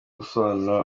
gusobanura